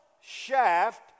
shaft